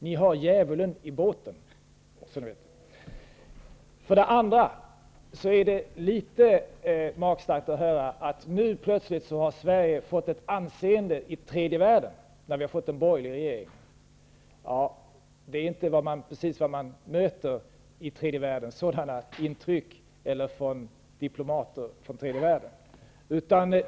Ni har djävulen i båten, bara så ni vet det. Det är dessutom litet magstarkt att höra sägas att Sverige nu plötsligt har fått ett anseende i tredje världen genom att vi fått en borgerlig regering. Det är inte precis det intryck man får när man möter diplomater från tredje världen.